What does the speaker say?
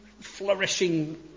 flourishing